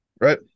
Right